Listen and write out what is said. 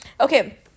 Okay